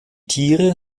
tiere